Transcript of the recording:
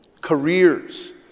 Careers